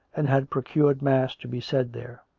and had procured mass to be said there,